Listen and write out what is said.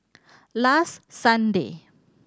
last Sunday